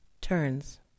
turns